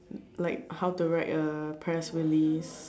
like how to write a press release